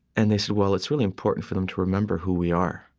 and they said, well, it's really important for them to remember who we are.